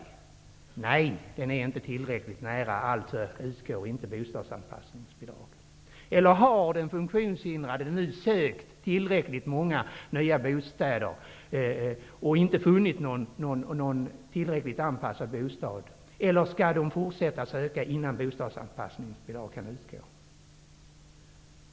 Om den bedöms inte ligga tillräckligt nära, utgår inte bostadsanpassningsbidrag. Eller: Har den funktionshindrade nu sökt tillräckligt många nya bostäder och inte funnit någon tillräckligt anpassad bostad, eller skall man fortsätta att söka innan bostadsanpassningsbidrag kan utgå?